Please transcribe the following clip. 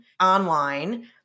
online